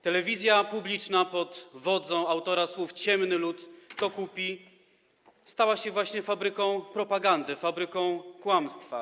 Telewizja publiczna pod wodzą autora słów: ciemny lud to kupi stała się właśnie fabryką propagandy, fabryką kłamstwa.